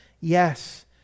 Yes